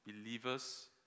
believers